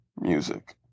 music